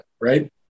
right